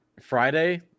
Friday